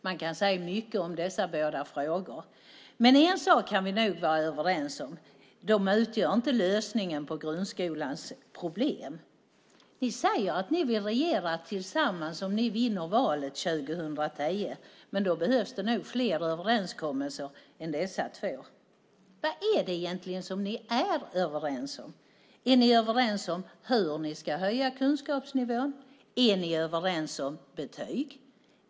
Man kan säga mycket om dessa båda frågor, men en sak kan vi nog vara överens om: De utgör inte lösningen på grundskolans problem. Ni säger att ni vill regera tillsammans om ni vinner valet 2010, men då behövs det nog fler överenskommelser än dessa två. Vad är det egentligen som ni är överens om? Är ni överens om hur ni ska höja kunskapsnivån? Är ni överens om betyg?